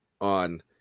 on